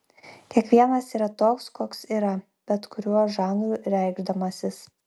kiekvienas yra toks koks yra bet kuriuo žanru reikšdamasis